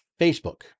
Facebook